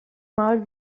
mal